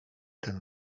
ten